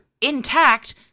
intact